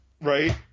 right